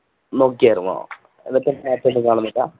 നോക്കിയാരുന്നോ എന്നിട്ട് മാറ്റൊന്നും കാണുന്നില്ല